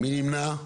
מי נמנע?